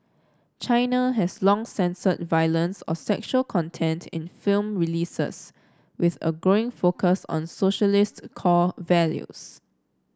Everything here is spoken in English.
China has long censored violence or sexual content in film releases with a growing focus on socialist core values